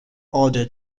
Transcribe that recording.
order